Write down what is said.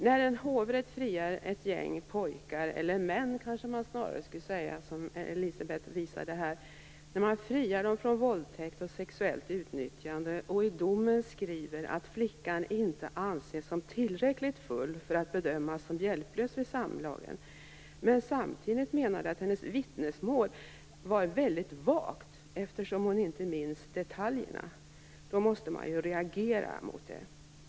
När en hovrätt friar ett gäng pojkar - eller man kanske snarare skall säga män, som Elisebeht Markström visade här - från våldtäkt och sexuellt utnyttjande och i domen skriver att flickan inte anses som tillräckligt full för att bedömas som hjälplös vid samlagen, men samtidigt menar att hennes vittnesmål varit väldigt vagt eftersom hon inte minns detaljerna, måste man reagera mot det.